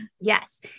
Yes